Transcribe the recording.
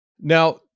Now